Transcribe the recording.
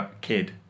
kid